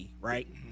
right